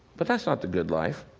but that's not the good life.